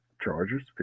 Chargers